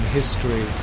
history